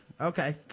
Okay